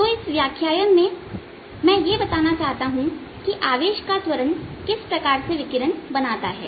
तो मैं इस व्याख्यान में यह बताना चाहता हूं कि आवेश का त्वरण किस प्रकार से विकिरण बनाता है